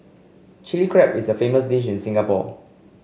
Chilli Crab is a famous dish in Singapore